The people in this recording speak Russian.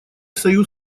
союз